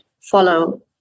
follow